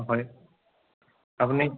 হয় আপুনি